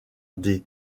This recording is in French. des